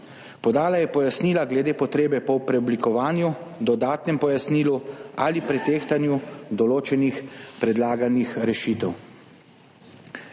Podala je pojasnila glede potrebe po preoblikovanju, dodatnem pojasnilu ali pretehtanju določenih predlaganih rešitev.